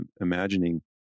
imagining